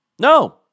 No